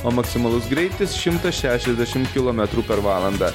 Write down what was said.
o maksimalus greitis šimtas šešiasdešim kilometrų per valandą